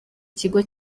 ikigo